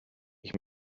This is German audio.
ich